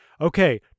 Okay